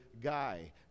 guy